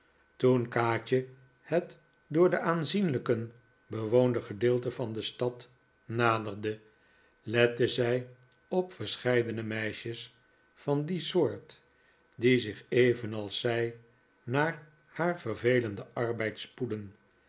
toen kaatje het door de aanzienlijken bewoonde gedeelte van de stad naderde lette zij op verscheidene meisjes van die soort die zich evenals zij naar haar vervelenden arbeid spoedden